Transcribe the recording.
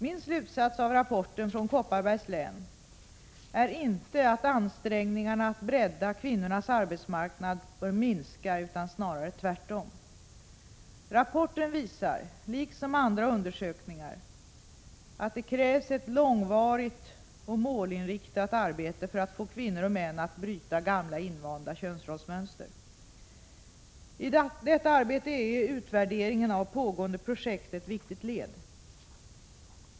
Min slutsats av rapporten från Kopparbergs län är inte att ansträngningarna att bredda kvinnornas arbetsmarknad bör minska utan snarare tvärtom. Rapporten visar — liksom andra undersökningar — att det krävs ett långvarigt och målinriktat arbete för att få kvinnor och män att bryta gamla invanda könsrollsmönster. I detta arbete är utvärderingen av pågående projekt ett viktigt led.